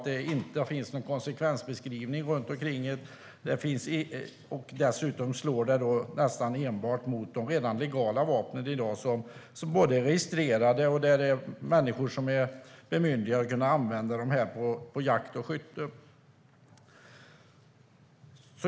Det finns ingen konsekvensbeskrivning, och dessutom slår det nästan enbart mot de redan legala vapnen som är registrerade och som används av människor som är bemyndigade att använda dem vid jakt och skytte.